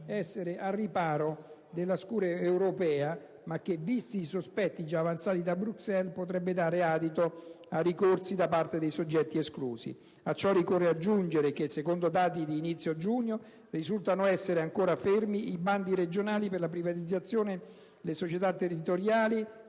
essere al riparo dalla scure europea ma che, visti i sospetti già avanzati da Bruxelles, potrebbe dare adito a ricorsi da parte dei soggetti esclusi. A ciò occorre aggiungere che, secondo dati di inizio giugno, risultano essere ancora fermi i bandi regionali per privatizzare le società territoriali